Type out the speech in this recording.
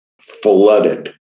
flooded